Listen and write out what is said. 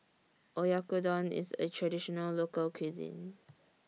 Oyakodon IS A Traditional Local Cuisine